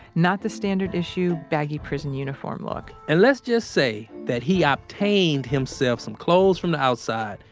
not the standard issue baggy prison uniform look and let's just say that he obtained himself some clothes from the outside,